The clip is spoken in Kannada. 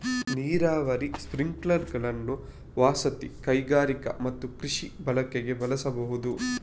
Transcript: ನೀರಾವರಿ ಸ್ಪ್ರಿಂಕ್ಲರುಗಳನ್ನು ವಸತಿ, ಕೈಗಾರಿಕಾ ಮತ್ತು ಕೃಷಿ ಬಳಕೆಗೆ ಬಳಸಬಹುದು